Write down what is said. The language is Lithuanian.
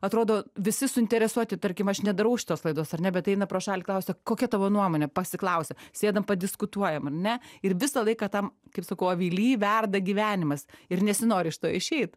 atrodo visi suinteresuoti tarkim aš nedarau šitos laidos ar ne bet eina pro šalį klausia kokia tavo nuomonė pasiklausia sėdam padiskutuojam ar ne ir visą laiką tam kaip sakau avily verda gyvenimas ir nesinori iš to išeit